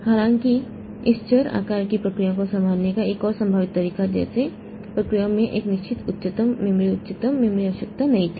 हालांकि इस चर आकार की प्रक्रियाओं को संभालने का एक और संभावित तरीका जैसे प्रक्रियाओं में एक निश्चित उच्चतम मेमोरी उच्चतम मेमोरी आवश्यकता नहीं थी